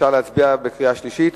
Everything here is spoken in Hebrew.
אפשר להצביע בקריאה שלישית?